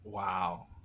Wow